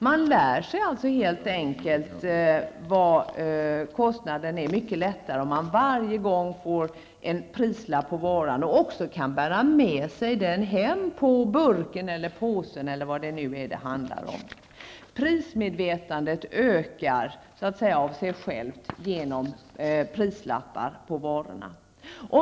Man lär sig helt enkelt mycket lättare vad kostnaden är om man varje gång får en prislapp på varan och även kan bära med sig den hem på burken, påsen eller vad det nu handlar om. Prismedvetandet ökar så att säga av sig självt genom prislappar på varorna.